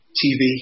tv